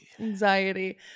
Anxiety